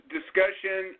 discussion